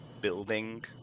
building